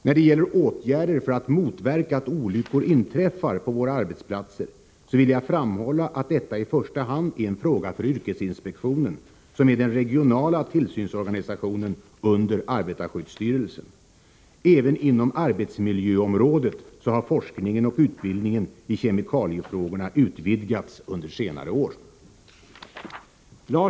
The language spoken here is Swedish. När det gäller åtgärder för att motverka att olyckor inträffar på våra arbetsplatser vill jag framhålla att detta i första hand är en fråga för yrkesinspektionen, som är den regionala tillsynsorganisationen under arbetarskyddsstyrelsen. Även inom arbetsmiljöområdet har forskningen och utbildningen i kemikaliefrågorna utvidgats under senare år.